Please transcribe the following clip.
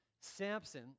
Samson